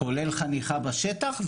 כולל חניכה בשטח.